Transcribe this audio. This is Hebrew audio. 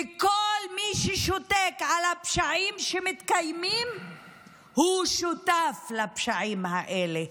וכל מי ששותק על הפשעים שמתקיימים שותף לפשעים האלה.